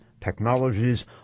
technologies